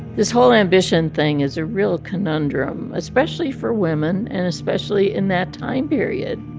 this whole ambition thing is a real conundrum, especially for women and especially in that time period.